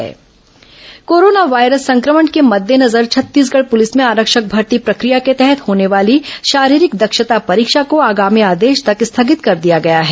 corona आरक्षक भर्ती स्थगित कोरोना वायरस संक्रमण के मद्देनजर छत्तीसगढ़ पुलिस में आरक्षक भर्ती प्रक्रिया के तहत होने वाली शारीरिक दक्षता परीक्षा को आगामी आदेश तक स्थगित कर दिया गया है